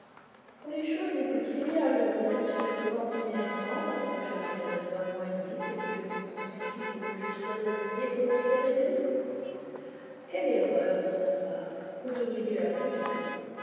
pour les choses les plus triviales je vous assure ordinairement parce que j'arrive à neuf heures moins dix et que je lui confie qu'il faut que je sois habillée pour huit heures et demie quelle erreur de sa part vous devriez la congédier